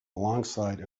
alongside